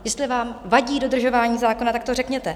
Jestli vám vadí dodržování zákona, tak to řekněte.